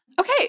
Okay